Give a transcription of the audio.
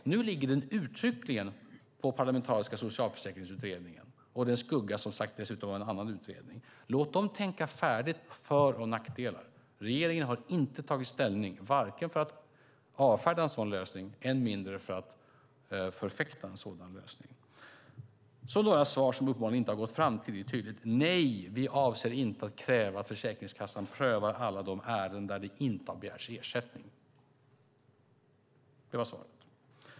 Nu ligger frågan uttryckligen hos den parlamentariska Socialförsäkringsutredningen. Den skuggas som sagt dessutom av en annan utredning. Låt dem tänka färdigt om för och nackdelar! Regeringen har inte tagit ställning för att avfärda en sådan lösning, än mindre för att förfäkta den. Några svar har uppenbarligen inte gått fram tillräckligt tydligt. Nej, vi avser inte att kräva att Försäkringskassan prövar alla de ärenden där det inte har begärts ersättning.